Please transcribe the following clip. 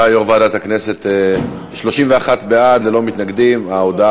הצעת ועדת הכנסת להעביר את הצעת חוק נכי רדיפות הנאצים (תיקון,